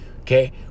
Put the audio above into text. okay